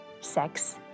sex